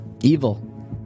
evil